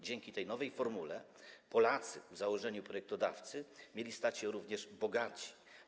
Dzięki tej nowej formule Polacy w założeniu projektodawców mieli stać się również bogatsi.